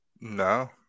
no